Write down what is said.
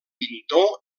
pintor